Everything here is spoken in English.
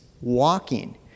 walking